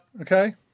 Okay